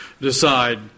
decide